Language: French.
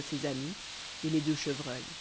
ses amis et les deux chevreuils